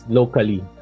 locally